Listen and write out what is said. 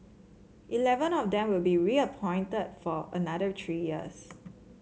eleven of them will be reappointed for another three years